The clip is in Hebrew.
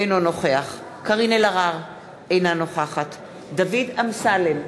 אינו נוכח קארין אלהרר, אינה נוכחת דוד אמסלם,